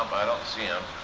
i don't see him.